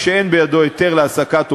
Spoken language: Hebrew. וללוות את החקיקה,